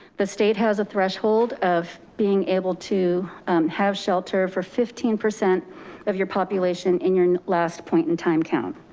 the state has a threshold of being able to have shelter for fifteen percent of your population in your last point in time count.